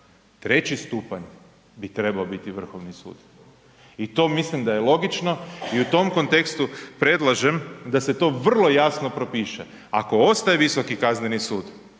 treći stupanj bi trebao biti Vrhovni sud. I to mislim da je logično i u tom kontekstu predlažem da se to vrlo jasno propiše. Ako ostaje Visoki kazneni sud